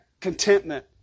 Contentment